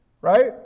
right